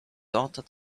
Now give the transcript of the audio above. daughter